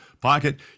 pocket